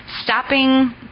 stopping